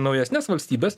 naujesnes valstybes